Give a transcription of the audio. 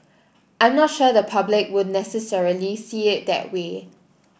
I'm not sure the public would necessarily see it that way